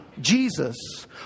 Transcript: Jesus